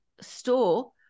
store